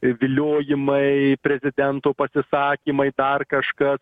viliojimai prezidento pasisakymai dar kažkas